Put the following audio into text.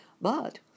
But